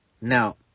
Now